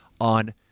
on